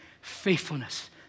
faithfulness